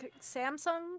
Samsung